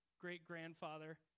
great-grandfather